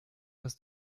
das